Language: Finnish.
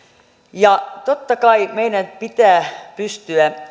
ja totta kai meidän pitää pystyä